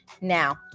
Now